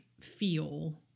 feel